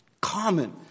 common